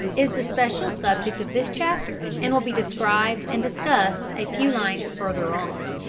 is the special subject of this chapter, and will be described and discussed a few lines further on.